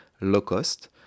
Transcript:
low-cost